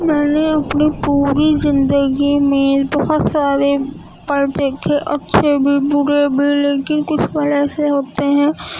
میں نے اپنی پوری زندگی میں بہت سارے پل دیکھے اچھے بھی برے بھی لیکن کچھ پل ایسے ہوتے ہیں